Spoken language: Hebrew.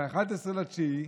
ב-11 בספטמבר,